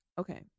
Okay